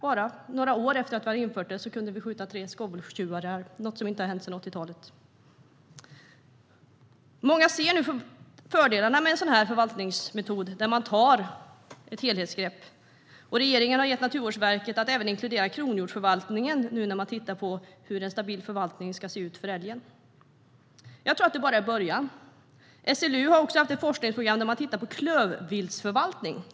Bara några år efter att vi hade infört detta kunde vi skjuta tre skoveltjurar - något som inte hade hänt sedan 80-talet. Många ser nu fördelarna med en förvaltningsmetod där man tar ett helhetsgrepp. Regeringen har gett Naturvårdsverket i uppdrag att även inkludera kronhjortsförvaltningen när man nu tittar på hur en stabil förvaltning ska se ut för älgen. Jag tror att det bara är början. SLU har också haft ett forskningsprogram där man tittat på klövviltförvaltning.